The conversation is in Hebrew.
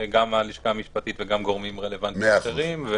גם מהלשכה המשפטית וגם גורמים רלוונטיים אחרים.